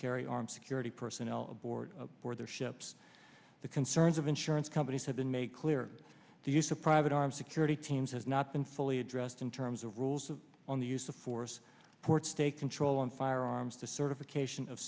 carry armed security personnel aboard for their ships the concerns of insurance companies have been made clear the use of private armed security teams has not been fully addressed in terms of rules on the use of force ports take control and fire arms the certification of